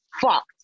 fucked